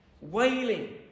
Wailing